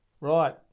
Right